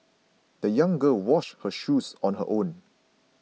the young girl washed her shoes on her own